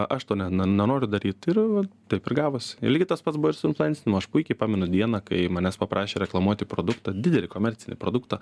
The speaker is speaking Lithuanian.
aš to ne ne nenoriu daryt ir va taip ir gavosi ir lygiai tas pats buvo ir su influencinimu aš puikiai pamenu dieną kai manęs paprašė reklamuoti produktą didelį komercinį produktą